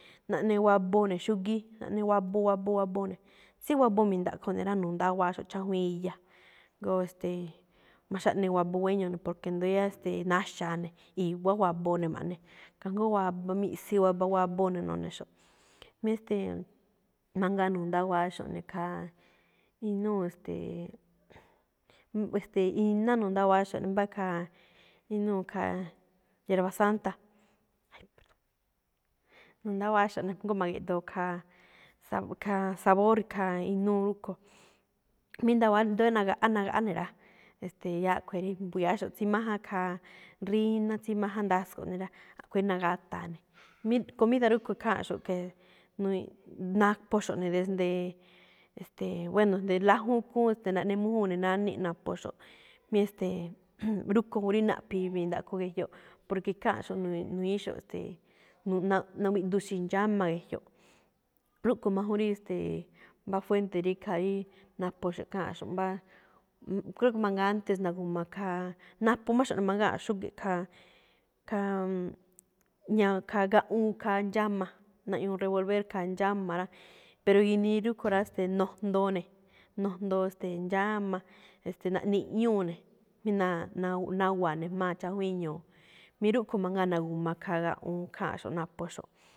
Naꞌne waboo ne̱ xúgíí, naꞌne waboo, waboo, waboo ne̱. Tsí waboo mi̱ndaꞌkho ne̱ rá, nu̱ndáwa̱áxo̱ꞌ chájwíin iya, jngó e̱ste̱e̱, ma̱xáꞌne waboo guéño ne̱, porque ndóo yáá, e̱ste̱e̱, naxa̱a ne̱, i̱wa̱á waboo ne̱ ma̱ꞌne. Kajngó waba miꞌsi, waba waboo ne̱ no̱ne̱xo̱ꞌ. Mí e̱ste̱e̱, mangaa nu̱ndáwa̱áxo̱ꞌ ne̱ khaa inúu, e̱ste̱e̱, e̱ste̱e̱, iná nu̱ndáwa̱axo̱ꞌ ne̱, mbá khaa, inúu khaa, yerba santa. Nu̱ndáwa̱áxo̱ ne̱ jngó ma̱ge̱ꞌdoo khaa sab- khaa- sabor- khaa inúu rúꞌkho̱. Mí nda̱wa̱á ndóo rí nagaꞌá, nagaꞌá ne̱ rá, e̱ste̱e̱, yáá a̱ꞌkhue̱n rí mbu̱ya̱áxo̱ꞌ tsí máján khaa ríná, tsí máján ndasko̱ꞌ ne̱ rá, a̱khue̱n rí na̱gata̱a ne̱. Mí comida rúꞌkho̱ kháanꞌxo̱ꞌ ge̱e̱, nu̱ñi̱-naphoxo̱ꞌ ne̱ desde, es̱te̱e̱, bueno snde lájúún khúún e̱ste̱ naꞌnemújúun ne̱ náníꞌ naphoxo̱ꞌ, mí e̱ste̱e̱, rúꞌkho̱ rí naꞌphi̱i̱ mi̱ndaꞌkho ge̱jyoꞌ, porque kháanꞌxo̱ꞌ nu̱-nu̱ñiñi̱íxo̱ꞌ, e̱ste̱e̱, nu̱-nawiꞌdu xi̱ndxáma ge̱jyoꞌ. Rúꞌkho̱ máꞌ juun rí, e̱ste̱e̱, mbá fuente rí ikhaa rí naphoxo̱ꞌ kháanꞌxo̱ꞌ mbá, creo que mangaa antes na̱gu̱ma khaa, naphomáxo̱ꞌ ne̱ mangáanꞌxo̱ꞌ xúge̱ꞌ khaa, khaa gaꞌwuun khaa ndxáma, naꞌñuu revolver khaa ndxáma rá, pero ginii rúꞌkho̱ rá, ste̱e̱, nojndoo ne̱, nojndoo, ste̱e̱, ndxáma. E̱ste̱e̱, naꞌ i̱ꞌñúu ne̱, mí na- naw- nawa̱a ne̱ jma̱á chájwíin ñu̱u̱, mí rúꞌkho̱ mangaa na̱gu̱ma khaa gaꞌwuun kháanxo̱ꞌ naphoxo̱ꞌ.